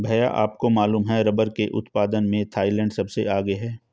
भैया आपको मालूम है रब्बर के उत्पादन में थाईलैंड सबसे आगे हैं